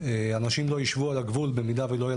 אנשים לא יישבו על הגבול במידה ולא יהיה